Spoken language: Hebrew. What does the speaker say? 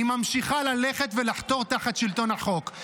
היא ממשיכה ללכת ולחתור תחת שלטון החוק,